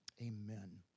Amen